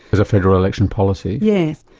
as a federal election policy? yes.